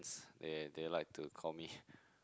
they they like to call me